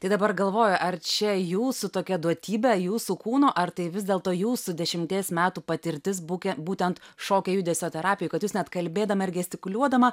tai dabar galvoju ar čia jūsų tokia duotybė jūsų kūno ar tai vis dėlto jūsų dešimties metų patirtisbūke būtent šokio judesio terapijoj kad jūs net kalbėdama ir gestikuliuodama